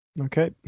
Okay